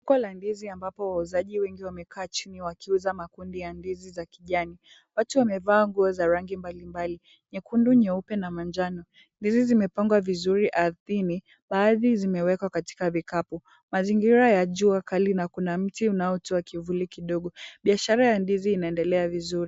Soko la ndizi ambapo wauzaji wengi wamekaa chini wakiuza makundi ya ndizi za kijani. Watu wamevaa nguo za rangi mbalimbali, nyekundu, nyeupe na manjano. Ndizi zimepangwa vizuri ardhini, baadhi zimewekwa katika vikapu. Mazingira ya jua kali na kuna mti unaotoa kivuli kidogo. Biashara ya ndizi inaendelea vizuri.